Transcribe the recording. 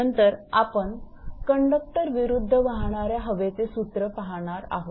नंतर आपण कंडक्टर विरुद्ध वाहणाऱ्या हवेचे सूत्र पाहणार आहोत